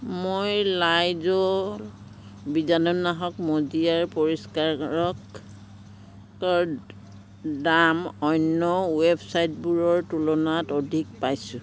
মই লাইজ'ল বীজাণুনাশক মজিয়াৰ পৰিষ্কাৰকৰ দাম অন্য ৱেবচাইটবোৰৰ তুলনাত অধিক পাইছোঁ